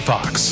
Fox